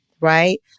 right